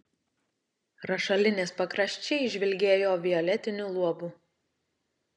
rašalinės pakraščiai žvilgėjo violetiniu luobu